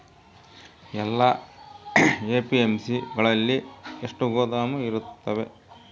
ಎಲ್ಲಾ ಎ.ಪಿ.ಎಮ್.ಸಿ ಗಳಲ್ಲಿ ಎಷ್ಟು ಗೋದಾಮು ಇರುತ್ತವೆ?